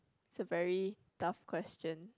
it's a very tough question